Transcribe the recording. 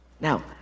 Now